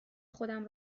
خودم